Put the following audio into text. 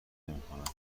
نمیکند